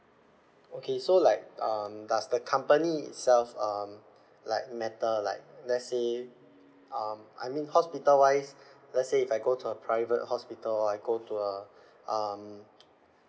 okay so like um does the company itself um like matter like let's say um I mean hospital wise let's say if I go to a private hospital or I go to a um